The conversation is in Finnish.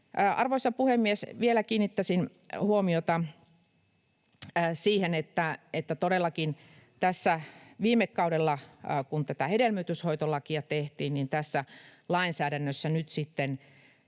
Arvoisa puhemies! Vielä kiinnittäisin huomiota siihen, että kun todellakin tässä viime kaudella tätä hedelmöityshoitolakia tehtiin, niin tässä lainsäädännössä nyt sitten